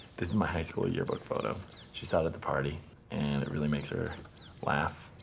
this is my high school yearbook photo she saw it at the party and it really makes her laugh.